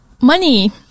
money